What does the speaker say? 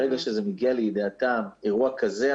ברגע שזה מגיע לידיעתן אירוע כזה,